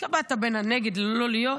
התלבטת בין הנגד ללא להיות,